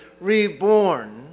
reborn